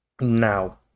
Now